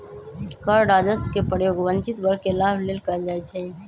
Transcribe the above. कर राजस्व के प्रयोग वंचित वर्ग के लाभ लेल कएल जाइ छइ